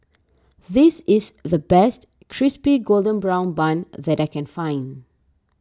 this is the best Crispy Golden Brown Bun that I can find